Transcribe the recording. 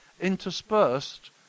interspersed